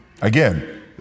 Again